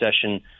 session